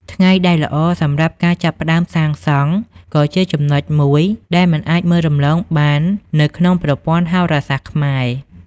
ថ្ងៃដែលល្អសម្រាប់ការចាប់ផ្តើមសាងសង់ក៏ជាចំណុចមួយដែលមិនអាចមើលរំលងបាននៅក្នុងប្រព័ន្ធហោរាសាស្ត្រខ្មែរ។